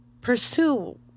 pursue